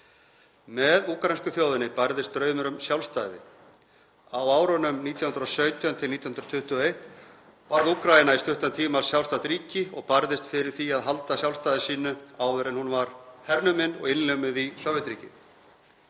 Með úkraínsku þjóðinni bærðist draumur um sjálfstæði. Á árunum 1917–1921 varð Úkraína í stuttan tíma sjálfstætt ríki og barðist fyrir því að halda sjálfstæði sínu áður en hún var hernumin og innlimuð í Sovétríkin.